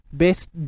best